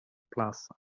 plaza